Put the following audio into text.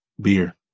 beer